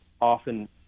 often